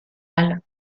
mâle